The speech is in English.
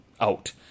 out